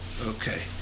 Okay